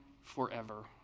forever